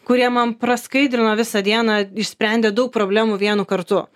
kurie man praskaidrino visą dieną išsprendė daug problemų vienu kartu